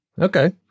okay